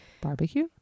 barbecue